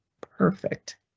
perfect